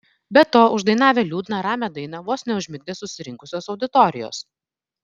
be to uždainavę liūdną ramią dainą vos neužmigdė susirinkusios auditorijos